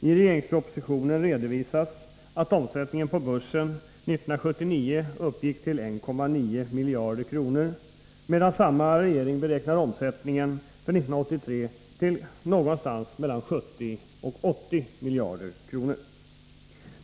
I propositionen redovisas att omsättningen på börsen 1979 uppgick till 1,9 miljarder, medan regeringen beräknar omsättningen för 1983 till mellan 70 och 80 miljarder.